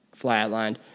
flatlined